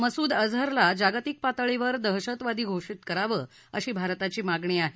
मसूद अझरला जागतिक पातळीवर दहशतवादी घोषित करावं अशी भारताची मागणी आहे